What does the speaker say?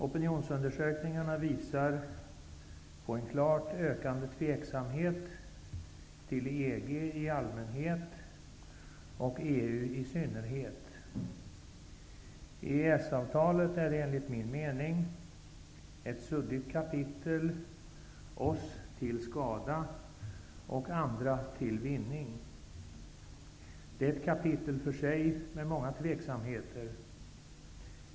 Opinionsundersökningarna visar på en klart ökande tveksamhet till EG i allmänhet och EU i synnerhet. EES-avtalet är enligt min mening ett suddigt kapitel, oss till skada och andra till vinning. Det är ett kapitel för sig med många tveksamheter.